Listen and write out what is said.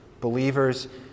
believers